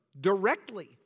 directly